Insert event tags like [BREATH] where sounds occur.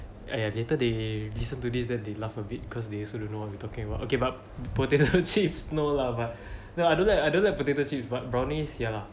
!aiya! later they listen to this then they laugh a bit because they also don't know what we talking about okay but potato chips no lah but [BREATH] I don't like I don't like potato chips but brownies ya lah